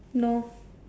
no